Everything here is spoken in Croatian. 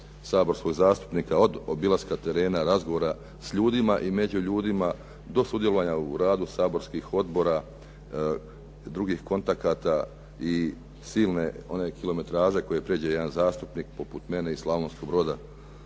saborskog zastupnika od obilaska terena, razgovora s ljudima i među ljudima do sudjelovanja u radu saborskih odbora, drugih kontakata i silne one kilometraže koju prijeđe jedan zastupnik poput mene iz Slavonskog Broda.